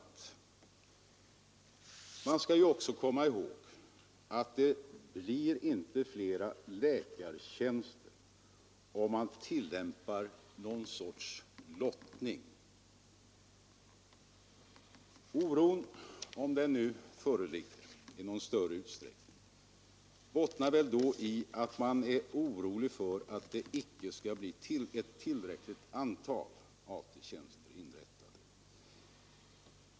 Man skall också komma ihåg att det inte blir fler läkartjänster om man tillämpar någon sorts lottning. Oron — om någon sådan föreligger i någon större utsträckning bottnar väl i att man är rädd för att det inte kommer att inrättas ett tillräckligt antal AT-tjänster.